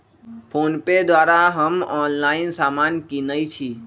PhonePe द्वारा हम online समान किनइ छी